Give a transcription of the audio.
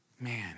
man